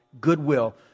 Goodwill